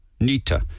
Nita